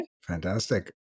Fantastic